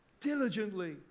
diligently